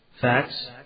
Facts